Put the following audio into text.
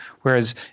Whereas